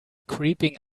creeping